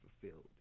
fulfilled